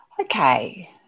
Okay